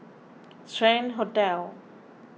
Strand Hotel